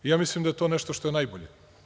Mislim da je to nešto što je najbolje.